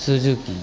Suzuki